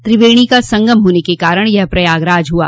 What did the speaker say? त्रिवेणी का संगम होने के कारण यह प्रयागराज हुआ